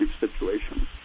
situation